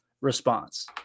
response